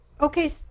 Okay